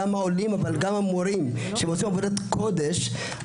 גם העולים וגם המורים שעושים עבודת קודש.